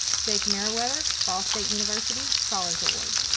jake meriwether, ball state university, scholars award.